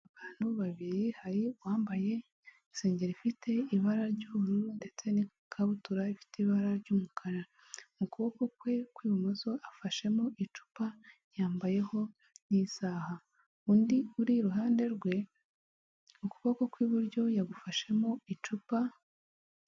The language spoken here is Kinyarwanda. Abantu babiri hari uwambaye isengeri ifite ibara ry'ubururu ndetse n'ikabutura ifite ibara ry'umukara, mu kuboko kwe kw'ibumoso afashemo icupa yambayeho n'isaha, undi uri iruhande rwe ukuboko kw'iburyo yagufashemo icupa.